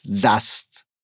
dust